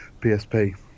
PSP